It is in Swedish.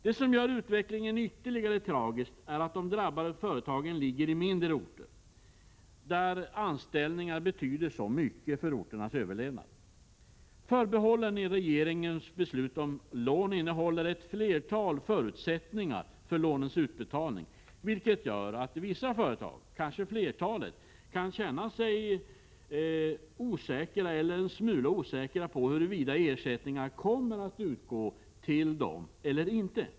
Det som gör utvecklingen ytterligare tragisk är att de drabbade företagen ligger i mindre orter, där de aktuella arbetstillfällena betyder så mycket för orternas överlevnad. Förbehållen i regeringens beslut om lån innehåller ett flertal förutsättningar för lånens utbetalning, vilket gör att vissa företag, kanske flertalet, kan känna sig en smula osäkra på huruvida ersättning kommer att utgå eller inte.